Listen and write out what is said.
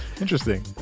Interesting